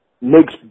makes